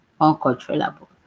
Uncontrollable